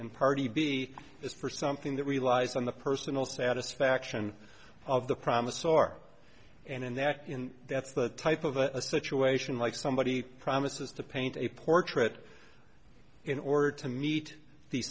and party b is for something that we lies on the personal satisfaction of the promise or and in that in that's the type of a situation like somebody promises to paint a portrait in order to meet the